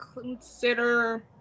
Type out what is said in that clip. consider